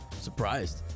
Surprised